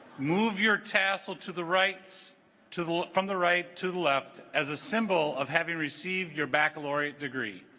move your tassel to the rights to the from the right to the left as a symbol of having received your baccalaureate degree